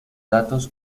datos